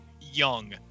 Young